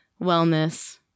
wellness